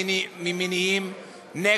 עכשיו תשב.